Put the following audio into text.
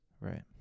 Right